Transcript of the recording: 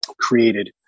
created